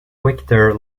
vector